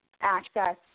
access